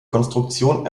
konstruktion